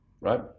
right